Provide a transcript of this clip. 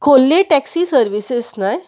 खोर्ले taxi services न्हय